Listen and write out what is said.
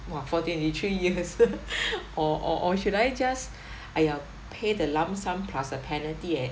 !wah! for twenty three years or or or should I just !aiya! pay the lump sum plus a penalty uh